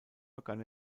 begann